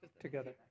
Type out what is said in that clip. Together